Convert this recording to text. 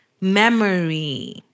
memory